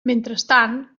mentrestant